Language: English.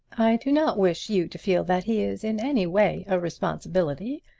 i do not wish you to feel that he is in any way a responsibility.